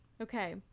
Okay